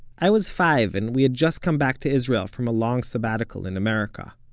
i was five, and we had just come back to israel from a long sabbatical in america.